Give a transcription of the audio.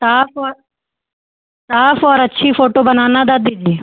साफ व साफ और अच्छी फ़ोटो बनाना दादी जी